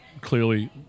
clearly